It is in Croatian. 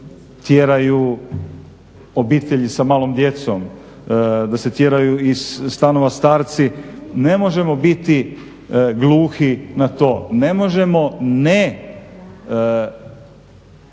tjeraju obitelji sa malom djecom, da se tjeraju iz stanova starci. Ne možemo biti gluhi na to, ne možemo ne